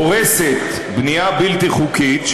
הורסת בנייה בלתי חוקית,